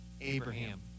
Abraham